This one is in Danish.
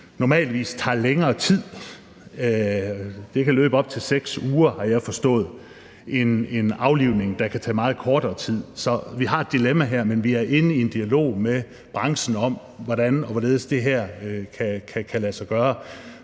normalvis tager længere tid – den kan løbe op til 6 uger, har jeg forstået – end en aflivning, der kan tage meget kortere tid. Så vi har her et dilemma, men vi er inde i dialog med branchen om, hvordan og hvorledes det her kan lade sig gøre.